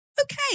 okay